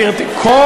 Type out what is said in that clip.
לעזור לך לתרגם?